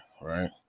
right